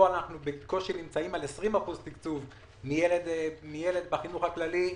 כשבפועל אנחנו נמצאים בקושי על 20% תקצוב מילד בחינוך הכללי,